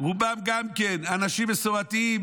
רובם גם אנשים מסורתיים,